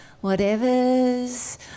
whatever's